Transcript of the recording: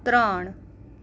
ત્રણ